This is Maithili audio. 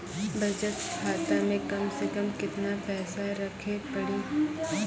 बचत खाता मे कम से कम केतना पैसा रखे पड़ी?